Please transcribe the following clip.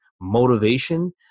motivation